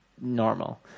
normal